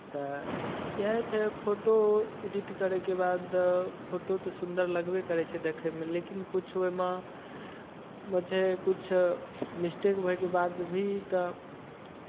तऽ इएह छै फोटो एडिट करयके बाद फोटो तऽ सुन्दर लगबे करै छै देखयमे लेकिन किछु ओहिमे ओ छै किछु मिस्टेक होयके बाद भी तऽ